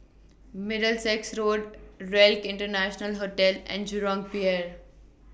Middlesex Road RELC International Hotel and Jurong Pier